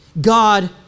God